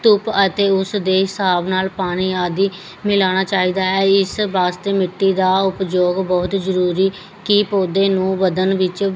ਧੁੱਪ ਅਤੇ ਉਸਦੇ ਹਿਸਾਬ ਨਾਲ ਪਾਣੀ ਆਦਿ ਮਿਲਣਾ ਚਾਹੀਦਾ ਹੈ ਇਸ ਵਾਸਤੇ ਮਿੱਟੀ ਦਾ ਉਪਯੋਗ ਬਹੁਤ ਜ਼ਰੂਰੀ ਕਿ ਪੌਦੇ ਨੂੰ ਵਧਣ ਵਿੱਚ